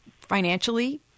Financially